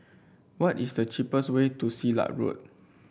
what is the cheapest way to Silat Road